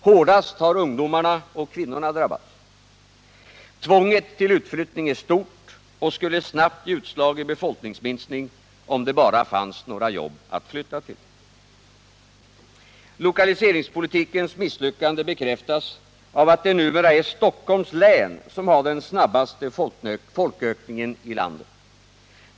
Hårdast har ungdomarna och kvinnorna drabbats. Tvånget till utflyttning är stort och skulle snabbt ge utslag i befolkningsminskning, om det bara fanns några jobb att flytta till. Lokaliseringspolitikens misslyckande bekräftas av att det numera är Stockholms län som har den snabbaste folkökningen i landet.